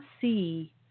see